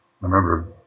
remember